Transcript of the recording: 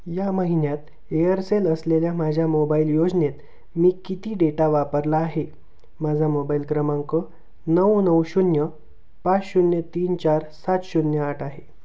या महिन्यात एअरसेल असलेल्या माझ्या मोबाईल योजनेत मी किती डेटा वापरला आहे माझा मोबाईल क्रमांक नऊ नऊ शून्य पाच शून्य तीन चार सात शून्य आठ आहे